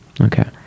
Okay